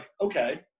okay